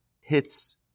hits